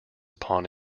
upon